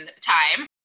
time